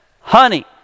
honey